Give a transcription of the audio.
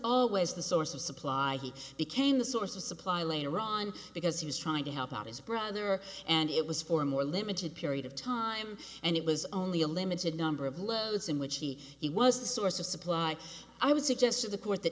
always the source of supply he became the source of supply later on because he was trying to help out his brother and it was for a more limited period of time and it was only a limited number of loads in which he he was the source of supply i would suggest to the court that